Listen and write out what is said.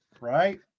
Right